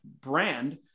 brand